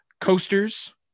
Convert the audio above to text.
Coasters